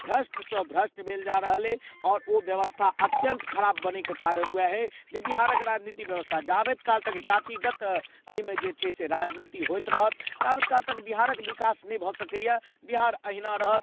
भ्रष्ट सँ भ्रष्ट भेल जा रहल अछि आओर ओ व्यवस्था अत्यन्त खराब बनयके कारण वएह अछि जे बिहारक राजनीतिक व्यवस्था जाबैत काल तक जातिगत अइमे जे छै से राजनीति होइत रहत ताबैत काल तक बिहारक विकास नहि भऽ सकइए बिहार अहिना रहत